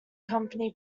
company